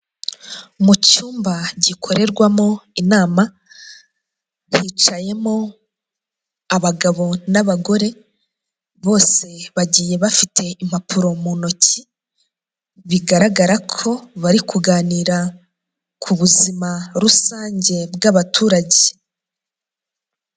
Mu cyumba gikorerwamo inama hicayemo abagabo n'abagore bose bagiye bafite impapuro mu ntoki bigaragara ko bari kuganira ku buzima rusange bw'abaturage.